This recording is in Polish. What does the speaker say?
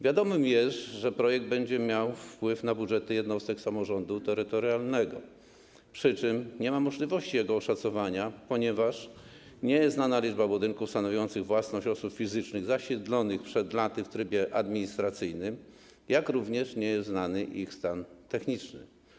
Wiadome jest, że projekt będzie miał wpływ na budżety jednostek samorządu terytorialnego, przy czym nie ma możliwości jego oszacowania, ponieważ nie jest znana liczba budynków - stanowiących własność osób fizycznych - zasiedlonych przed laty w trybie administracyjnym, jak również nie jest znany ich stan techniczny.